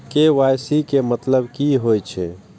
KYC के मतलब की होई छै?